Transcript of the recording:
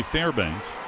Fairbanks